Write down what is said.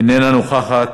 איננה נוכחת,